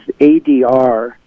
ADR